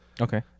Okay